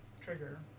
trigger